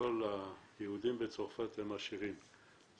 שכל היהודים בצרפת הם עשירים.